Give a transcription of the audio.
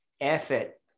effort